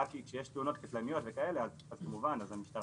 רק כשיש תאונות קטלניות וכאלה אז כמובן המשטרה